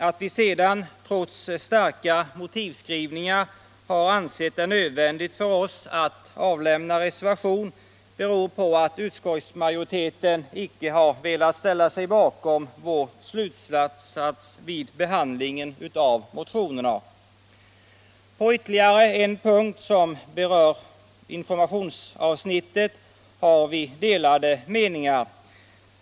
Att vi sedan trots den starka motivskrivningen ansett det nödvändigt för oss att avge en reservation beror på att utskottsmajoriteten inte har velat ställa sig bakom vår slutsats vid behandlingen av motionerna. På ytterligare en punkt som berör informationsavsnittet råder det delade meningar.